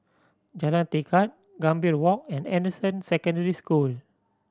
Jalan Tekad Gambir Walk and Anderson Secondary School